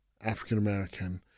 African-American